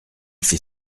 fait